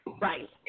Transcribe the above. Right